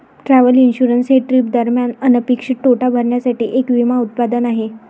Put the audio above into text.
travel insurance हे trip दरम्यान अनपेक्षित तोटा भरण्यासाठी एक विमा उत्पादन आहे